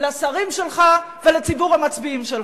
לשרים שלך ולציבור המצביעים שלך?